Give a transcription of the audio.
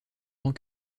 tant